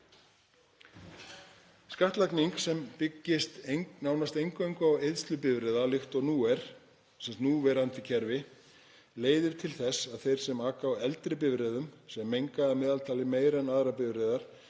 Skattlagning sem byggist nánast eingöngu á eyðslu bifreiða, líkt og í núverandi kerfi, leiðir til þess að þeir sem aka á eldri bifreiðum, sem menga að meðaltali meira en aðrar bifreiðar,